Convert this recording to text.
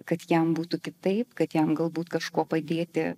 kad jam būtų kitaip kad jam galbūt kažkuo padėti